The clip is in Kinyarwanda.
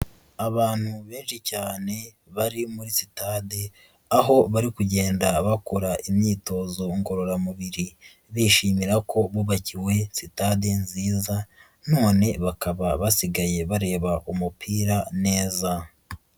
Abantu benshi cyane bari muri sitade, aho bari kugenda bakora imyitozo ngororamubiri bishimira ko bubakiwe sitade nziza, none bakaba basigaye bareba umupira neza.